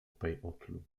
peyotlu